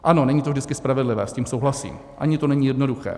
Ano, není to vždycky spravedlivé, s tím souhlasím, ani to není jednoduché.